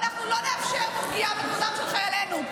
אנחנו לא נאפשר פגיעה בכבודם של חיילינו,